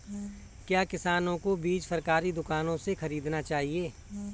क्या किसानों को बीज सरकारी दुकानों से खरीदना चाहिए?